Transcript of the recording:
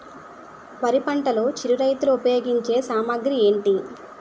వరి పంటలో చిరు రైతులు ఉపయోగించే సామాగ్రి ఏంటి?